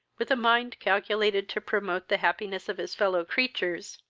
with a mind calculated to promote the happiness of his fellow-creatures,